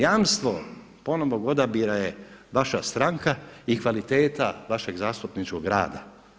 Jamstvo ponovnog odabira je vaša stranka i kvaliteta vašeg zastupničkog rada.